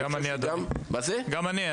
אני חושב שגם --- גם אני,